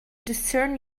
discern